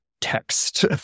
text